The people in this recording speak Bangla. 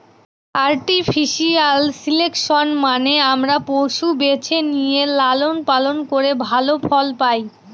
আর্টিফিশিয়াল সিলেকশন মানে আমরা পশু বেছে নিয়ে লালন পালন করে ভালো ফল পায়